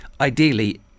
ideally